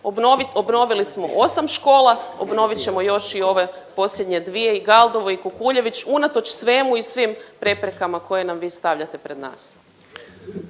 obnovili smo 8 škola, obnovit ćemo još i ove posljednje dvije i Galdovo i Kukuljević unatoč svemu i svim preprekama koje nam vi stavljate pred nas.